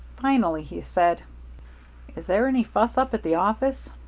finally he said is there any fuss up at the office?